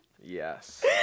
yes